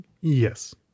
Yes